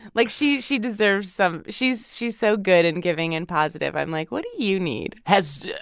like, she she deserves some she's she's so good and giving and positive. i'm like, what do you need? has